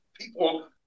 people